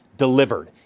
Delivered